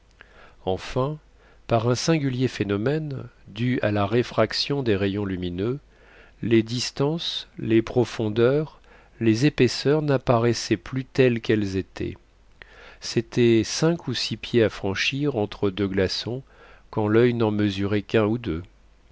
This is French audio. enfin par un singulier phénomène dû à la réfraction des rayons lumineux les distances les profondeurs les épaisseurs n'apparaissaient plus telles qu'elles étaient c'étaient cinq ou six pieds à franchir entre deux glaçons quand l'oeil n'en mesurait qu'un ou deux